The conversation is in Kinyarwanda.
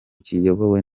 kiyobowe